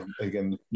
Again